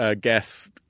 guest –